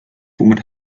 womit